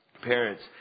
parents